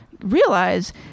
realize